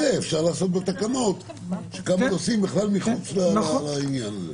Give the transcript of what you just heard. אפשר לקבוע בתקנות שיש כמה נושאים מחוץ לעניין הזה.